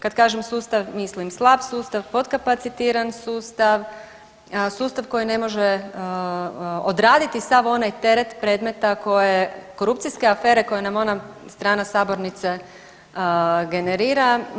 Kad kažem sustav mislim slab sustav, potkapacitiran sustav, sustav koji ne može sav onaj teret predmeta koje korupcijske afere koje nam ona stana sabornice generira.